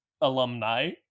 alumni